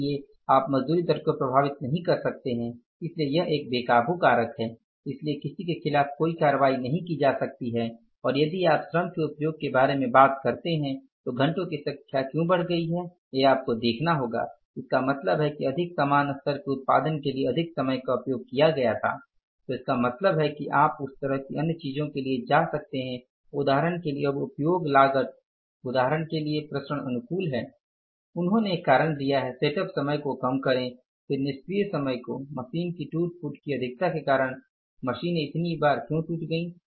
इसलिए आप मजदूरी दर को प्रभावित नहीं कर सकते हैं इसलिए यह एक बेकाबू कारक है इसलिए किसी के खिलाफ कोई कार्रवाई नहीं की जा सकती है और यदि आप श्रम के उपयोग के बारे में बात करते हैं तो घंटे की संख्या क्यों बढ़ गई है यह आपको देखना होगा इसका मतलब है कि अधिक समान स्तर के उत्पादन के लिए अधिक समय का उपयोग किया गया था तो इसका मतलब है कि आप उस तरह की अन्य चीजों के लिए जा सकते हैं उदाहरण के लिए अब उपयोग लागत उदाहरण के लिए विचरण अनुकूल हैं उन्होंने एक कारण दिया है सेटअप समय को कम करें फिर निष्क्रिय समय को मशीन की टूट फुट की अधिकता के कारण मशीनें इतनी बार क्यों टूट गईं